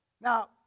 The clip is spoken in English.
Now